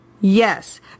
yes